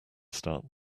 start